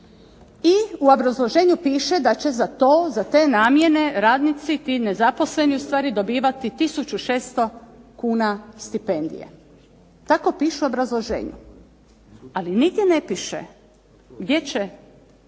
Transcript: I u obrazloženju piše da će za to za te namjene radnici, ti nezaposleni ustvari dobivati tisuću 600 kn stipendije. Tako piše u obrazloženju. Ali nigdje ne piše gdje će